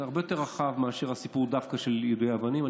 זה הרבה יותר רחב מאשר הסיפור של יידוי אבנים דווקא,